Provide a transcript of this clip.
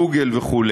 גוגל וכו'.